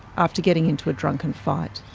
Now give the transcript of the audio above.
after getting into a drunken fight.